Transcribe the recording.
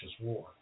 war